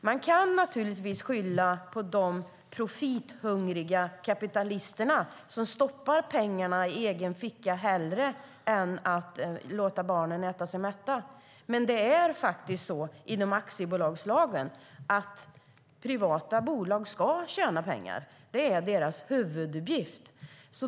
Man kan naturligtvis skylla på de profithungriga kapitalisterna som stoppar pengarna i egen fick hellre än att låta barnen äta sig mätta. Men det är faktiskt så, enligt aktiebolagslagen, att privata bolag ska tjäna pengar. Det är deras huvuduppgift.